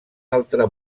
altre